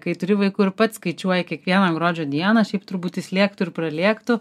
kai turi vaikų ir pats skaičiuoji kiekvieną gruodžio dieną šiaip turbūt jis lėktų ir pralėktų